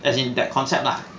as in that concept lah